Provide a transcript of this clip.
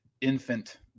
infant